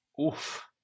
Oof